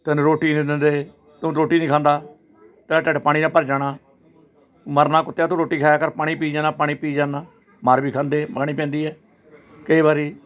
ਤੈਨੂੰ ਰੋਟੀ ਨਹੀਂ ਦਿੰਦੇ ਤੂੰ ਰੋਟੀ ਨਹੀਂ ਖਾਂਦਾ ਤੇਰਾ ਢਿੱਡ ਪਾਣੀ ਨਾਲ ਭਰ ਜਾਣਾ ਮਰਨਾ ਕੁੱਤਿਆ ਤੂੰ ਰੋਟੀ ਖਾਇਆ ਕਰ ਪਾਣੀ ਪੀਈ ਜਾਂਦਾ ਪਾਣੀ ਪੀਈ ਜਾਂਦਾ ਮਾਰ ਵੀ ਖਾਂਦੇ ਖਾਣੀ ਖਾਣੀ ਪੈਂਦੀ ਹੈ ਕਈ ਵਾਰ